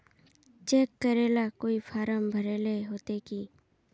Cheque करेला कोई form भरेले होते की?